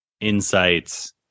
insights